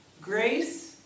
Grace